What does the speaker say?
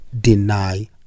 deny